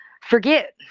forget